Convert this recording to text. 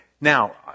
Now